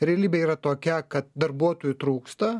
realybė yra tokia kad darbuotojų trūksta